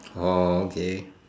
orh okay